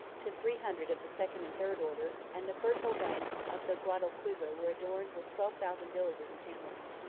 to three hundred of the second and third order and the fertile banks of the guadalquivir were adorned with twelve thousand villages and hamlets.